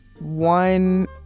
one